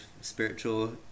spiritual